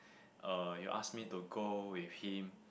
uh he'll ask me to go with him